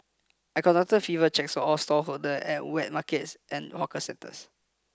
I conducted fever checks all stallholder at wet markets and hawker centers